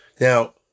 Now